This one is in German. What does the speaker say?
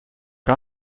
und